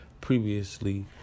previously